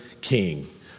king